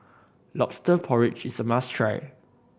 Lobster Porridge is a must try